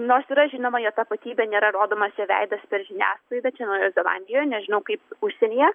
nors yra žinoma jo tapatybė nėra rodomas jo veidas per žiniasklaidą čia naujojoj zelandijoje nežinau kaip užsienyje